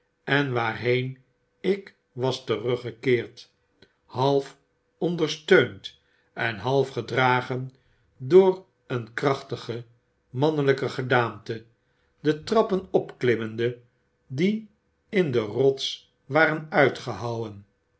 en waarheen ik wasteruggekeerd halfondersteund en half gedragen door een krachtige mannelyke gedaante de trappen opklimmende die in de rots waren uitgehouwen